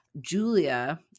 Julia